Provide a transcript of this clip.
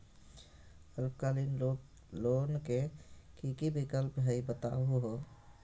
अल्पकालिक लोन के कि कि विक्लप हई बताहु हो?